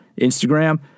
Instagram